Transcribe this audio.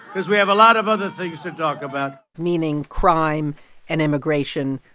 because we have a lot of other things to talk about meaning crime and immigration,